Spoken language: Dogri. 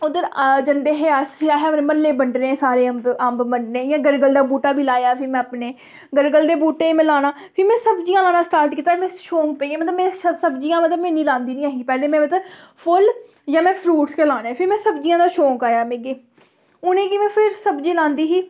उद्धर जंदे हे अस ते अहें अपने म्हल्ले गी बंडने सारें ई अंब बंडने इ'यां गरगल दा बूह्टा बी लाया फ्ही में अपने गलगल दे बूह्टे गी में लाना फिर में सब्जियां लाना स्टार्ट कीता मिगी शौक पेइया मतलब सब्जियां मतलब में इ'न्नियां लांदी निं ऐही में फुल्ल जां में फ्रुट्स गै लाने फिर सब्जियां दा शौक आया मिगी उ'नें गी में फिर सब्जी लांदी ही